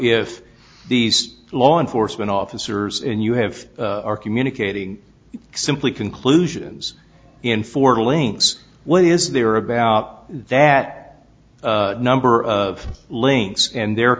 if these law enforcement officers and you have are communicating simply conclusions in four links what is there about that number of links and their